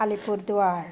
Alipurduar